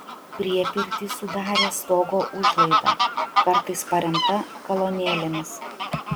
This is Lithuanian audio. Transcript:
priepirtį sudarė stogo užlaida kartais paremta kolonėlėmis